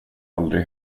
aldrig